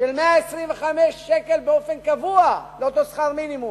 של 125 שקל באופן קבוע לאותו שכר מינימום.